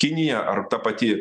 kiniją ar ta pati